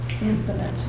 Infinite